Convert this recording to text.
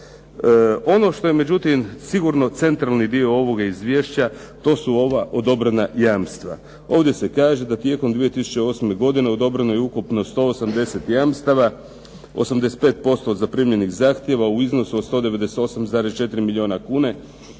Ono što je međutim sigurno centralni dio ovoga izvješća, to su ova odobrena jamstva. Ovdje se kaže da tijekom 2008. godine odobreno je ukupno 181 jamstava, 85% zaprimljenih zahtjeva u iznosu od 198,4 milijona kuna